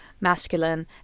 masculine